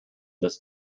this